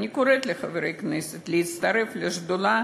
ואני קוראת לחברי הכנסת להצטרף לשדולה